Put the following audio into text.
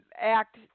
act